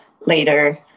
later